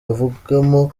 avugamo